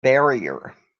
barrier